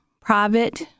private